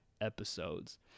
episodes